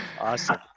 awesome